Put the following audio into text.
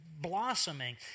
Blossoming